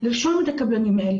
לרשום את הקבלנים האלה.